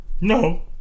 No